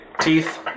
teeth